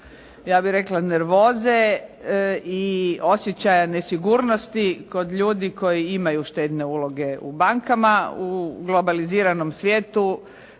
ja bih rekla nervoze i osjećaja nesigurnosti kod ljudi koji imaju štedne uloge u bankama. U globaliziranom svijetu